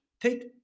Take